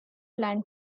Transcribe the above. plan